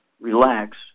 Relax